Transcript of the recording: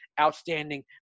outstanding